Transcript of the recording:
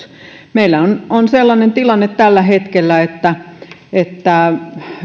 meillä on on sellainen tilanne tällä hetkellä että että